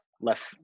left